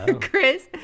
Chris